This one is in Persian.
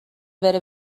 بره